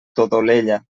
todolella